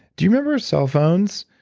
do you remember cell phones